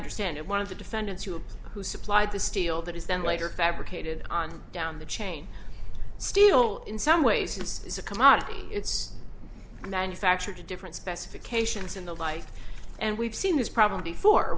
understand it one of the defendants who who supplied the steel that is then later fabricated on down the chain still in some ways it's a commodity it's manufactured to different specifications in the light and we've seen this problem before